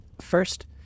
First